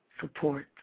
support